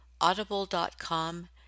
Audible.com